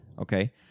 Okay